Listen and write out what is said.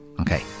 Okay